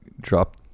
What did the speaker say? drop